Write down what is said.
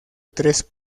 tres